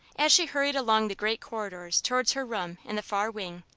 as she hurried along the great corridors towards her room in the far wing,